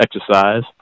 exercise